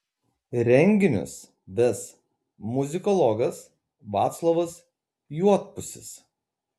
renginius ves muzikologas vaclovas juodpusis